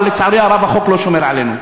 אבל לצערי החוק לא שומר עלינו.